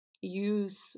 use